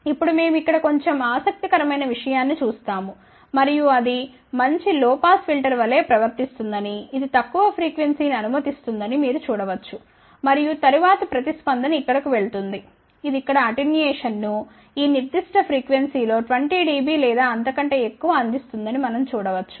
ఇప్పుడు మేము ఇక్కడ కొంచెం ఆసక్తికరమైన విషయాన్ని చూస్తాము మరియు అది మంచి లో పాస్ ఫిల్టర్ వలె ప్రవర్తిస్తుందని ఇది తక్కువ ఫ్రీక్వెన్సీ ని అనుమతిస్తుందని మీరు చూడ వచ్చు మరియు తరువాత ప్రతిస్పందన ఇక్కడకు వెళుతుంది ఇది ఇక్కడ అటెన్యుయేషన్ను ఈ నిర్దిష్ట ఫ్రీక్వెన్సీ లో 20 dB లేదా అంతకంటే ఎక్కువ అందిస్తుందని మనం చూడ వచ్చు